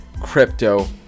crypto